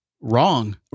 wrong